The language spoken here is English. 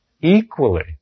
equally